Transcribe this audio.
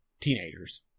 teenagers